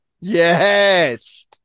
Yes